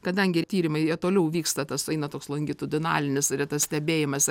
kadangi tyrimai jie toliau vyksta tas eina toks longitudinalinis yra tas stebėjimas